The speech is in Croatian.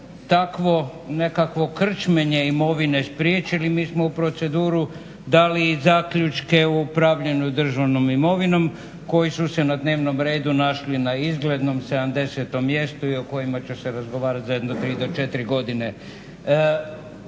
takvo nekakvo krčmenje imovine spriječili mi smo u proceduru dali i zaključke o upravljanju državnom imovinom koji su se na dnevnom redu našli na izglednom 70 mjestu i o kojima će se razgovarati za jedno tri do četiri godine.